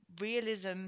realism